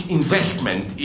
investment